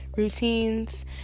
routines